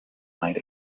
might